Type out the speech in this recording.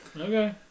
Okay